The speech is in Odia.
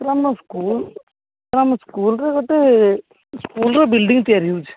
ସାର୍ ଆମ ସ୍କୁଲ ଆମ ସ୍କୁଲରେ ଗୋଟେ ସ୍କୁଲର ବିଲଡ଼ିଂ ତିଆରି ହେଉଛି